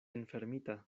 enfermita